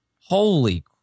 Holy